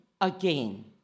again